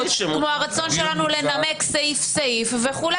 כמו הרצון שלנו לנמק סעיף סעיף וכו',